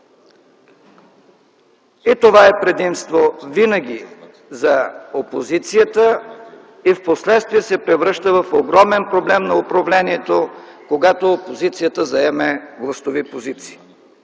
винаги е предимство за опозицията и впоследствие се превръща в огромен проблем на управлението, когато опозицията заеме властови позиции.